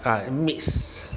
ah mix